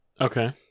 Okay